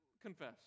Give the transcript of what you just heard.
Confess